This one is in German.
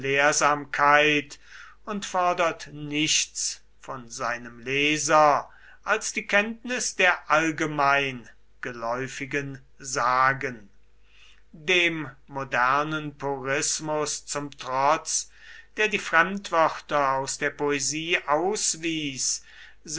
gelehrsamkeit und fordert nichts von seinem leser als die kenntnis der allgemein geläufigen sagen dem modernen purismus zum trotz der die fremdwörter aus der poesie